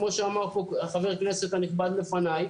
כמו שאמר פה חבר הכנסת הנכבד לפניי.